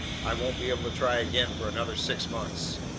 i won't be able to try again for another six months.